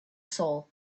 soul